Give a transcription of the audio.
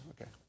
Okay